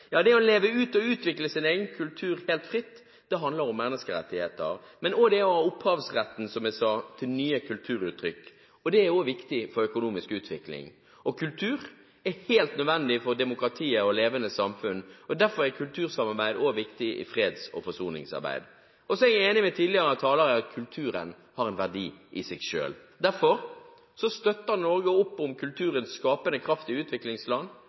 Det å leve ut og utvikle sin kultur helt fritt – det handler om menneskerettigheter. Men det gjør også det å ha opphavsretten til nye kulturuttrykk. Det er også viktig for økonomisk utvikling. Kultur er helt nødvendig for demokratiet og levende samfunn. Derfor er kultursamarbeid også viktig i freds- og forsoningsarbeid. Jeg er enig med tidligere talere i at kulturen har en verdi i seg selv. Derfor støtter Norge opp om kulturens skapende kraft i utviklingsland,